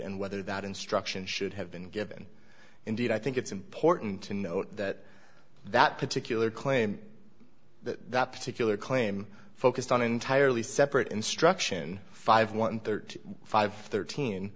and whether that instruction should have been given indeed i think it's important to note that that particular claim that that particular claim focused on entirely separate instruction five one thirty five thirteen